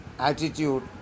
attitude